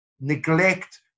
neglect